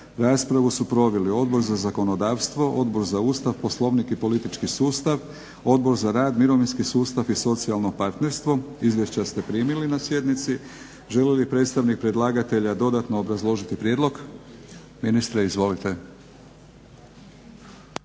Raspravu su proveli Odbor za zakonodavstvo, Odbor za Ustav, Poslovnik i politički sustav, Odbor za rad, mirovinski sustav i socijalno partnerstvo. Izvješća ste primili na sjednici. Želi li predstavnik predlagatelja dodatno obrazložiti prijedlog? Ministre izvolite.